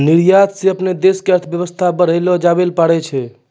निर्यात स अपनो देश के अर्थव्यवस्था बढ़ैलो जाबैल पारै छै